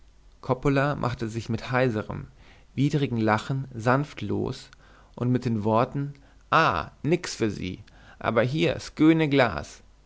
coppola machte sich mit heiserem widrigen lachen sanft los und mit den worten ah nix für sie aber hier sköne glas